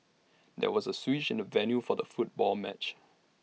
there was A switch in the venue for the football match